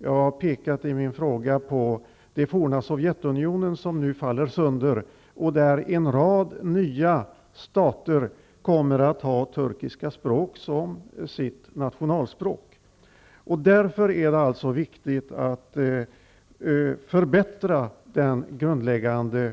Jag har i min fråga pekat på det forna Sovjetunionen, som nu faller sönder och där en rad nya stater kommer att ha turkiska språk som nationalspråk. Därför är det viktigt att förbättra den grundläggande